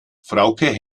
frauke